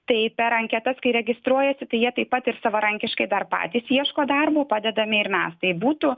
tai per anketas kai registruojasi tai jie taip pat ir savarankiškai dar patys ieško darbo padedame ir mes tai būtų